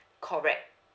correct